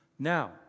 Now